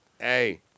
Hey